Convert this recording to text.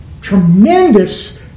Tremendous